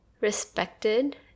respected